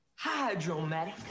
Hydromatic